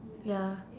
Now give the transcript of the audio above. ya